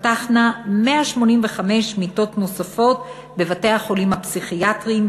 תיפתחנה 185 מיטות נוספות בבתי-החולים הפסיכיאטריים,